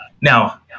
now